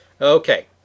okay